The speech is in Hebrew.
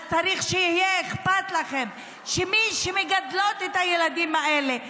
צריך שיהיה אכפת לכם שמי שמגדלות את הילדים האלה,